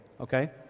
Okay